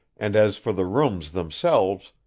and as for the rooms themselves,